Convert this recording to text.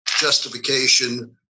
justification